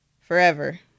forever